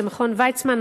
זה מכון ויצמן,